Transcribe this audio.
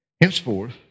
Henceforth